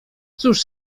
cóż